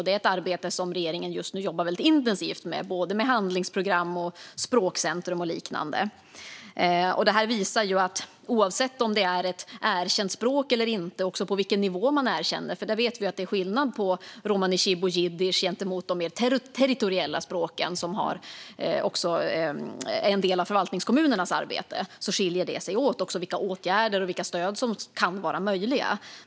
Det är ett arbete som regeringen just nu jobbar intensivt med, både med handlingsprogram och med språkcentrum och liknande. Det här visar att oavsett om det är ett erkänt språk eller inte och på vilken nivå man erkänner det - för vi vet att det är skillnad på romani chib och jiddisch jämfört med de mer territoriella språken, som också är en del av förvaltningskommunernas arbete - skiljer det sig åt vilka åtgärder och stöd som kan vara möjliga.